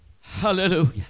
Hallelujah